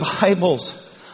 Bibles